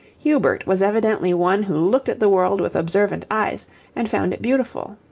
hubert was evidently one who looked at the world with observant eyes and found it beautiful.